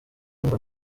ngo